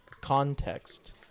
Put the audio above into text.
context